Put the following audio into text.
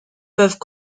peuvent